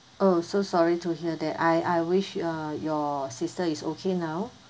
oh so sorry to hear that I I wish uh your sister is okay now